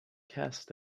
cast